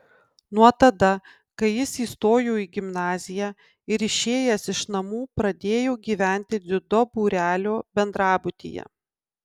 nuo tada kai jis įstojo į gimnaziją ir išėjęs iš namų pradėjo gyventi dziudo būrelio bendrabutyje